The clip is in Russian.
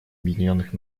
объединенных